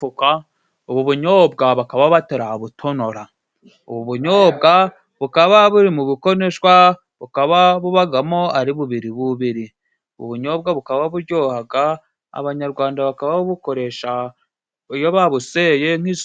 Ubu bunyobwa bakaba batarabutonora. Ubu bunyobwa bukaba buri mu bukoneshwa bukaba bubagamo ari bubiri bubiri. Ubu bunyobwa bukaba bujyohaga abanyarwanda bakaba babukoresha iyo babuseye nk'isu...